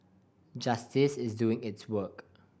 justice is doing its work